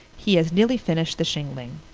he has nearly finished the shingling.